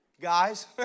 Guys